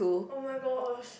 oh-my-gosh